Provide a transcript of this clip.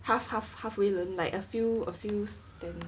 half half halfway learn like a few a few stand